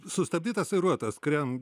sustabdytas vairuotojas kuriam